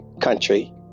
country